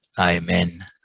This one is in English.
Amen